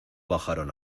bajaron